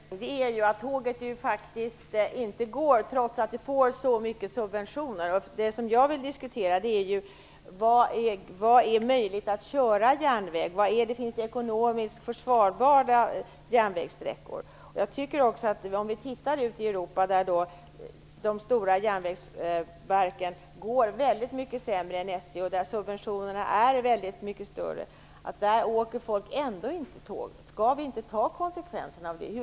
Fru talman! Problemet, Ulrica Messing, är att tåget faktiskt inte går trots att det får så mycket subventioner. Jag vill diskutera var det är möjligt med järnväg. Var finns de ekonomiskt försvarbara järnvägssträckorna? Ute i Europa går de stora järnvägsverken mycket sämre än SJ. Subventionerna är mycket större, men folk åker ändå inte tåg. Skall vi inte ta konsekvenserna av det?